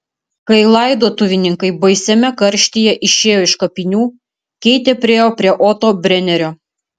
kai laidotuvininkai baisiame karštyje išėjo iš kapinių keitė priėjo prie oto brenerio